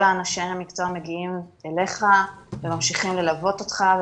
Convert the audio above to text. אנשי המקצוע מגיעים אליך וממשיכים ללוות אותך.